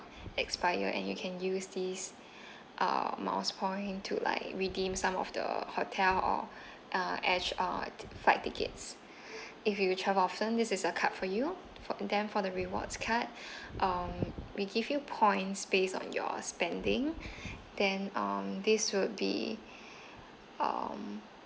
expire and you can use this err miles point to like redeem some of the hotel uh uh fight tickets if you travel often this is a card for you for and then for the rewards card um we give you points based on your spending then um this would be it um